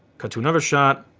cut to another shot.